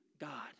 God